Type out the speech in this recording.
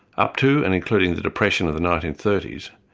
up to and including the depression of the nineteen thirty s,